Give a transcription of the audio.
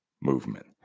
movement